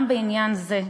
גם בעניין זה,